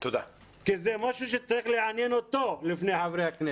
כי זה משהו שצריך לעניין אותו לפני חברי הכנסת.